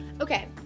Okay